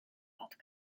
vodka